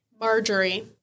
Marjorie